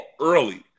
early